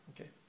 okay